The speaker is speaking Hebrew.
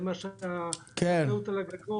זה מה שהיה על הגגות.